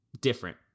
different